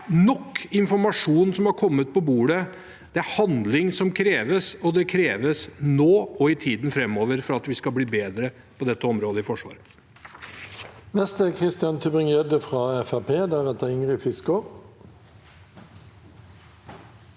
nok informasjon har kommet på bordet, det er handling som kreves, og det kreves nå og i tiden framover for at vi skal bli bedre på dette området i Forsvaret.